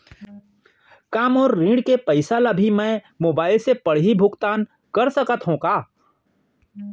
का मोर ऋण के पइसा ल भी मैं मोबाइल से पड़ही भुगतान कर सकत हो का?